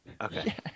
Okay